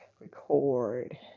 record